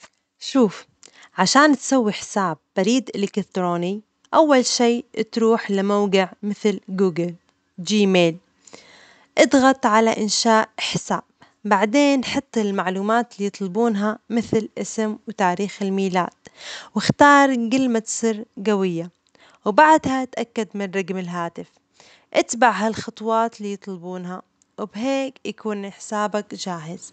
شوف، عشان تسوي حساب بريد إلكتروني أول شي تروح لموقع مثل جوجل جيميل، اضغط على إنشاء حساب ،بعدين حط المعلومات اللي يطلبونها مثل الأسم وتاريخ الميلاد واختار كلمة مرور جوية، بعدين تأكد من رجم الهاتف، إتبع ها الخطوات اللي يطلبونها، وبهيك يكون حسابك جاهز.